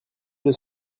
deux